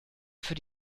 für